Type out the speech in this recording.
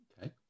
Okay